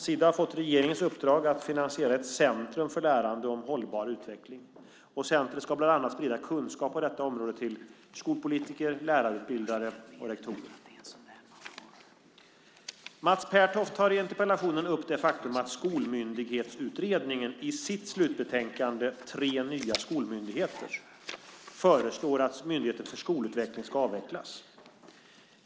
Sida har fått regeringens uppdrag att finansiera ett centrum för lärande om hållbar utveckling. Centret ska bland annat sprida kunskap på detta område till skolpolitiker, lärarutbildare och rektorer. Mats Pertoft tar i interpellationen upp det faktum att Skolmyndighetsutredningen, U 2007:03, i sitt slutbetänkande Tre nya skolmyndigheter , SOU 2007:79, föreslår att Myndigheten för skolutveckling ska avvecklas.